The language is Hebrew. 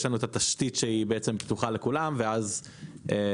יש לנו את התשתית שהיא בעצם פתוחה לכולם ואז מה